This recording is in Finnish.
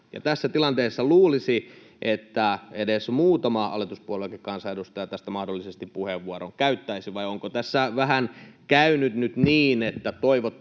Tässä tilanteessa luulisi, että edes muutama hallituspuolueenkin kansanedustaja tästä mahdollisesti puheenvuoron käyttäisi. Vai onko tässä käynyt nyt vähän niin, että toivottaisiin,